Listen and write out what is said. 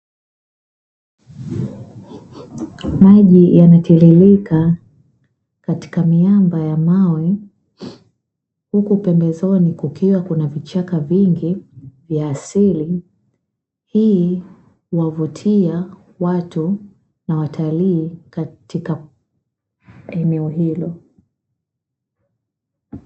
Maji yanatiririka katika miamba ya mawe huku pembezoni kukiwa kuna vichaka vingi vya asili, hii huwavutia watu na watalii katika eneo hilo.